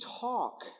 talk